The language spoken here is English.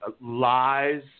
lies